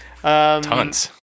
tons